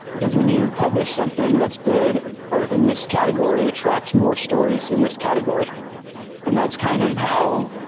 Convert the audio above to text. because when you publish something that's good ah in this category, it attracts more stories in this category and that's kind of how